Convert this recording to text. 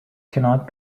cannot